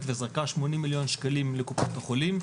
וזרקה שמונים מיליון שקלים לקופת החולים,